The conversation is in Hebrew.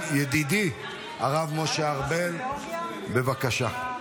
ידידי הרב משה ארבל, בבקשה.